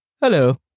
Hello